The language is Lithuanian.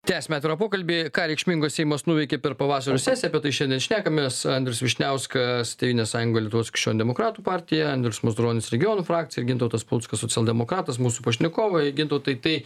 tęsiame pokalbį ką reikšmingo seimas nuveikė per pavasario sesiją apie tai šiandien šnekamės andrius vyšniauskas tėvynės sąjunga lietuvos krikščionių demokratų partija andrius mazuronis regionų frakcija gintautas paluckas socialdemokratas mūsų pašnekovai gintautai tai